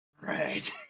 Right